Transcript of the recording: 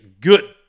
good